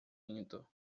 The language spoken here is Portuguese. indo